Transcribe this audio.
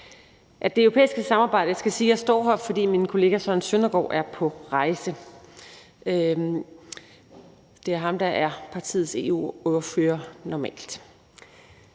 jeg står her, fordi min kollega Søren Søndergaard er på rejse. Det er ham, der er partiets EU-ordfører normalt.